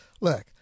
Look